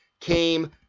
came